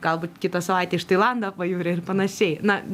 galbūt kitą savaitę iš tailando pajūrio ir panašiai na